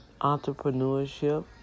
entrepreneurship